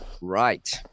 right